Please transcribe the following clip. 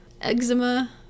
eczema